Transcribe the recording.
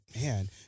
man